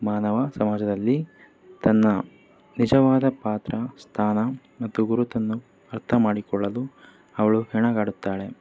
ಮಾನವ ಸಮಾಜದಲ್ಲಿ ತನ್ನ ನಿಜವಾದ ಪಾತ್ರ ಸ್ಥಾನ ಮತ್ತು ಗುರುತನ್ನು ಅರ್ಥಮಾಡಿಕೊಳ್ಳಲು ಅವಳು ಹೆಣಗಾಡುತ್ತಾಳೆ